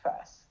first